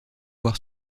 voir